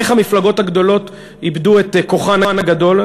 איך המפלגות הגדולות איבדו את כוחן הגדול.